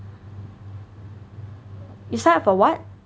you sign up for what